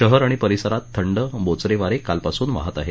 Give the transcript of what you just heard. शहर आणि परिसरात थंड बोचरे वारे कालपासून वाहत आहेत